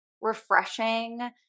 refreshing